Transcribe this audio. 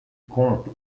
compte